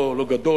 לא גדול,